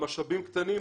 המשאבים קטנים,